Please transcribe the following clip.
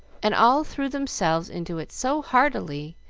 and all threw themselves into it so heartily,